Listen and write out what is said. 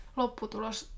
lopputulos